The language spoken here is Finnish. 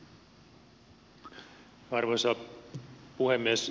arvoisa puhemies